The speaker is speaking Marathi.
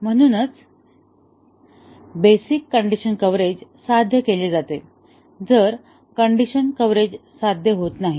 आणि म्हणूनच बेसिक कण्डिशन कव्हरेज साध्य केले जाते तर कण्डिशन कव्हरेज साध्य होत नाही